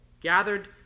gathered